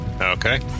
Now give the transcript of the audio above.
Okay